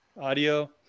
audio